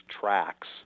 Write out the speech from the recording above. tracks